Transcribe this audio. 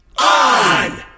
on